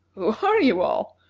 are you all?